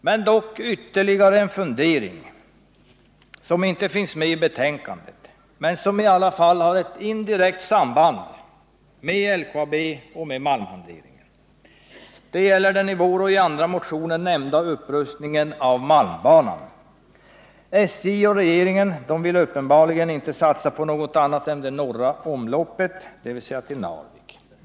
Men låt mig framföra ytterligare en fundering, som har ett indirekt samband med LKAB och malmhanteringen. Det gäller den i vår motion och även i andra motioner nämnda upprustningen av malmbanan, som inte tas upp i betänkandet. SJ och regeringen vill uppenbarligen inte satsa på något annat än det norra omloppet — dvs. till Narvik.